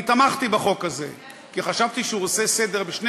אני תמכתי בחוק הזה כי חשבתי שהוא עושה סדר בשני